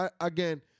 again